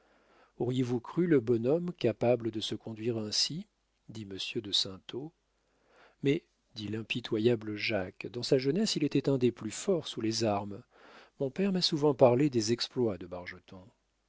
auriez-vous cru le bonhomme capable de se conduire ainsi dit monsieur de saintot mais dit l'impitoyable jacques dans sa jeunesse il était un des plus forts sous les armes mon père m'a souvent parlé des exploits de